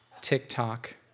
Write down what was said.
TikTok